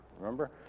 remember